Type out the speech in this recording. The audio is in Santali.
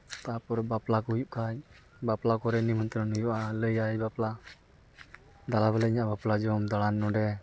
ᱛᱟᱯᱚᱨ ᱵᱟᱯᱞᱟ ᱠᱚ ᱦᱩᱭᱩᱜ ᱠᱷᱟᱡ ᱵᱟᱯᱞᱟ ᱠᱚᱨᱮ ᱱᱤᱢᱚᱱ ᱛᱚᱱᱚ ᱦᱩᱭᱩᱜᱼᱟ ᱞᱟᱹᱭᱟᱭ ᱵᱟᱯᱞᱟ ᱫᱮᱞᱟ ᱵᱚᱞᱮ ᱤᱧᱟᱹᱜ ᱵᱟᱯᱞᱟ ᱡᱚᱢ ᱫᱟᱲᱟᱱ ᱱᱚᱸᱰᱮ